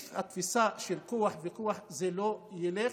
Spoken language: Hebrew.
התפיסה של כוח וכוח זה לא ילך.